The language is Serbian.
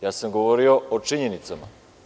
Ja sam govorio o činjenicama.